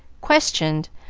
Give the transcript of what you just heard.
questioned,